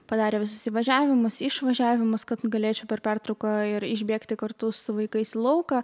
padarė visus įvažiavimus išvažiavimus kad galėčiau per pertrauką ir išbėgti kartu su vaikais į lauką